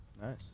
Nice